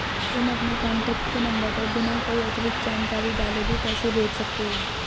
तुम अपने कॉन्टैक्ट के नंबर पर बिना कोई अतिरिक्त जानकारी डाले भी पैसे भेज सकते हो